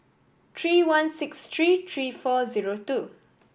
three one six three three four zero two